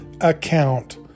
account